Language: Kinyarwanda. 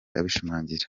abishimangira